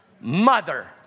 mother